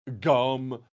gum